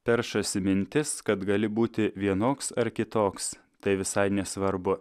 peršasi mintis kad gali būti vienoks ar kitoks tai visai nesvarbu